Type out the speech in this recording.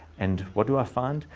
and what do i find?